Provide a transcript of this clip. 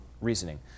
reasoning